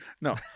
no